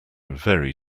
very